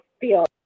feel